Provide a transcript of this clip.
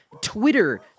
Twitter